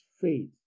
faith